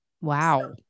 Wow